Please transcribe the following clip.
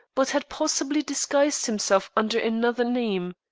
but had possibly disguised himself under another name.